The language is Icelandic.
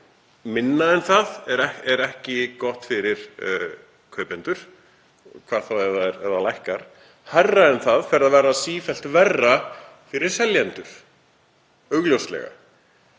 Minna en það er ekki gott fyrir kaupendur hvað þá ef það lækkar. Ef það er hærra fer það að verða sífellt verra fyrir seljendur, augljóslega.